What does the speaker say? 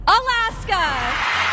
Alaska